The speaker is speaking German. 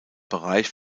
bereich